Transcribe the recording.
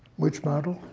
which model?